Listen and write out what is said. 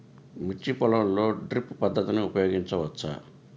మిర్చి పొలంలో డ్రిప్ పద్ధతిని ఉపయోగించవచ్చా?